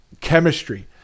chemistry